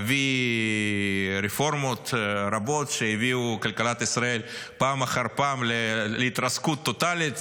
אבי רפורמות רבות שהביאו את כלכלת ישראל פעם אחר פעם להתרסקות טוטלית,